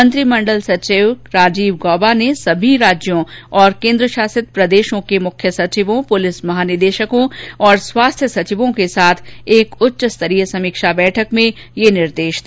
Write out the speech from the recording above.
मंत्रिमंडल सचिव राजीव गौबा ने सभी राज्यों और केंद्रशासित प्रदेशों के मुख्य सचिवों पुलिस महानिदेशकों और स्वास्थ्य सचिवों के साथ एक उच्चस्तरीय समीक्षा बैठक की अध्यक्षता की